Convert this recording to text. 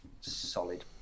solid